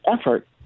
effort